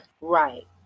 Right